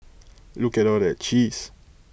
look at all that cheese